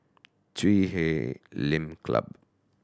Chui Huay Lim Club